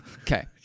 okay